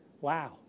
Wow